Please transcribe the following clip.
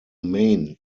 main